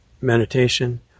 meditation